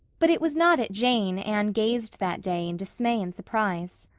but it was not at jane, anne gazed that day in dismay and surprise.